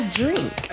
drink